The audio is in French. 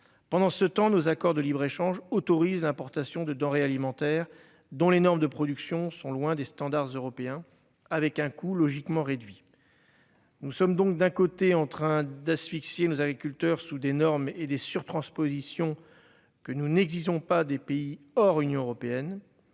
Pendant ce temps nos accords de libre-échange autorise l'importation de denrées alimentaires dont les normes de production sont loin des standards européens avec un coût logiquement réduit. Nous sommes donc d'un côté en train d'asphyxier nos agriculteurs sous des normes et des surtranspositions que nous n'exigeons pas des pays hors Union européenne.